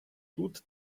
тут